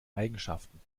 eigenschaften